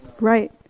Right